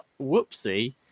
Whoopsie